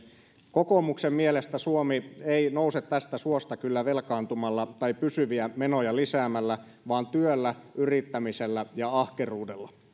kokoomuksen mielestä suomi ei nouse tästä suosta kyllä velkaantumalla tai pysyviä menoja lisäämällä vaan työllä yrittämisellä ja ahkeruudella